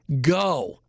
go